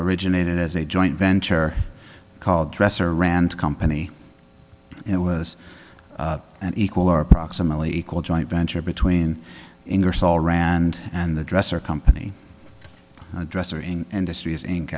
originated as a joint venture called dresser rand company it was an equal or approximately equal joint venture between ingersoll rand and the dresser company dresser in industries in